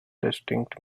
distinct